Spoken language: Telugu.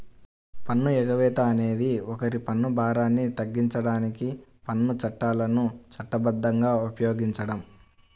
పన్ను ఎగవేత అనేది ఒకరి పన్ను భారాన్ని తగ్గించడానికి పన్ను చట్టాలను చట్టబద్ధంగా ఉపయోగించడం